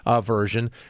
version—